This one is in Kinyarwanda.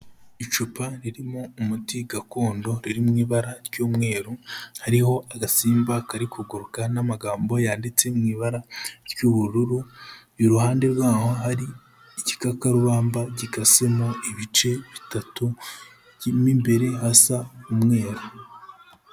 Icupa ririmo umuti gakondo, riri mu ibara ry'umweru, hariho agasimba kari kuguruka, n'amagambo yanditse mu ibara ry'ubururu, iruhande rwaho hari igikakarubamba gikasemo ibice bitatu, mo imbere hasa umweru.